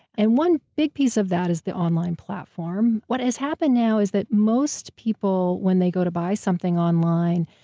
and one big piece of that is the online platform. what has happened now is that most people when they go to buy something online,